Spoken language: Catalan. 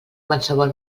qualsevol